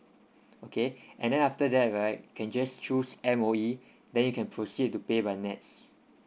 okay and then after that right can just choose M_O_E then you can proceed to pay by nets